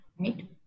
right